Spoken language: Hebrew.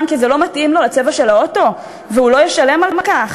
כי זה לא מתאים לו לצבע של האוטו והוא לא ישלם על כך?